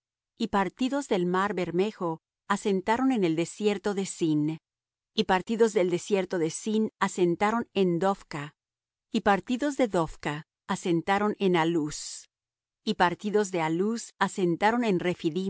y partidos del mar bermejo asentaron en el desierto de sin y partidos del desierto de sin asentaron en dophca y partidos de dophca asentaron en alús y partidos de alús asentaron en